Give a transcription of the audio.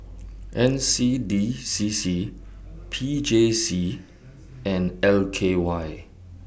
N C D C C P J C and L K Y